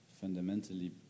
fundamentally